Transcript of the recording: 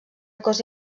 cosa